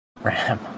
RAM